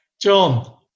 John